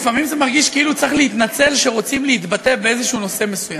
לפעמים זה מרגיש כאילו צריך להתנצל שרוצים להתבטא באיזה נושא מסוים.